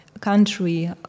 country